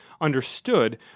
understood